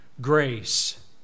grace